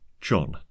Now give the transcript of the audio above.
JOHN